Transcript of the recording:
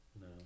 No